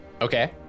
Okay